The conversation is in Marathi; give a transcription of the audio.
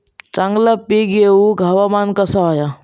चांगला पीक येऊक हवामान कसा होया?